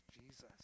Jesus